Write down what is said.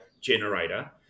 generator